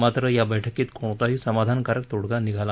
मात्र या बैठकीत कोणताही समाधानकारक तोडगा निघाला